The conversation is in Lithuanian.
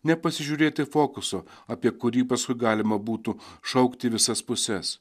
nepasižiūrėti fokuso apie kurį paskui galima būtų šaukti visas puses